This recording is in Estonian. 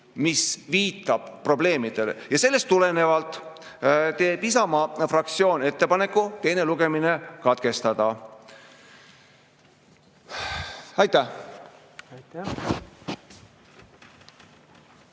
mis viitavad probleemidele. Sellest tulenevalt teeb Isamaa fraktsioon ettepaneku teine lugemine katkestada. Aitäh!